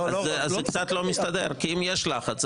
זה קצת לא מסתדר כי אם יש לחץ,